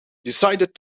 decided